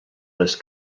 les